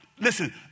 listen